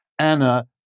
Anna